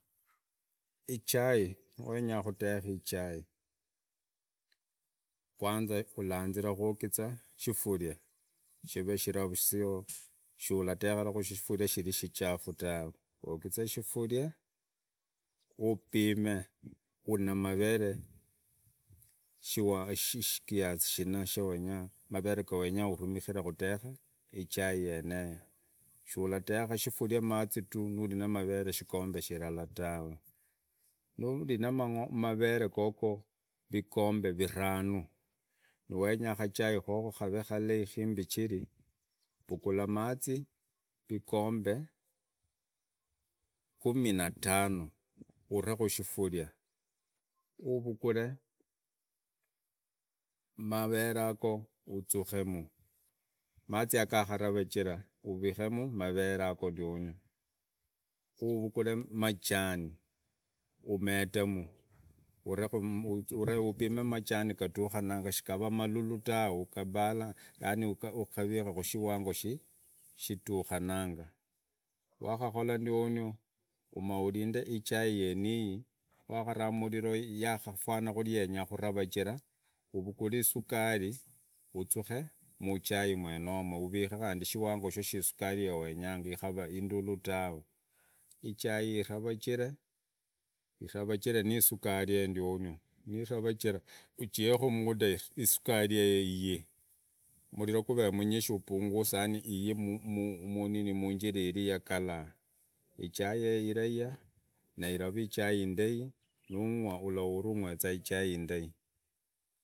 Wenya kudeku ichai, kwanza uranzikira kuogiza shifuria, shive shiraru sio shuradekera kushifuria, shichafu tawe uogize kifuria, upime uri na mavere kiasi shina shiwenya kurumikira kadeka ichai yeneyo shaladeria shifuria mai duu nuri na mavene shikombe shilala tawe, nari na marere gago vikombe viranu nawenya kachai koko kavee kalai uvugula mazi vikombe kumi natano ureku muuhifuria uvukure mavere gago uzuke mu, mazi gago gararanjira urikemu mevere gago ndiono, uvukure majani umedemu upime majani kudukanamu shikara malulu tawe yaani ugarike mshiwango shidukunanga. Wakakola ndiono urinde ichai yeneiyi wakaraku muliro yakafana kuri yenya karapakachira uremu isukari uzake muchai mwenomo uvike mu isukari kiwango yuwenyayo ikavaa indulu tawe ichai iravachire niusukari yeyo ndiono, niraruchira ujieku muda isukari gego iyii muliro yuvee munyisi upunguse gani iyii mu ichiri irii ya kalaa ihai yeyo irayaa na iraraa ichai indai nungwa ulalla ungwea ihhai indai.